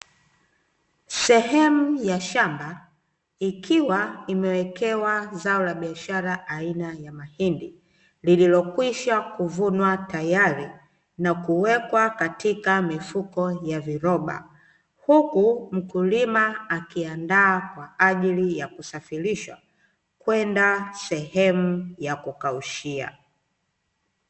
Sehemu ya shamba ikiwa limewekewa zao la biashara aina ya mahindi, lililokwisha kuvunwa tayari nakuwekwa katika mifuko ya viroba. Huku mkulima akiandaa kwa ajili ya kusafirisha kwenda sehemu ya kukaushia.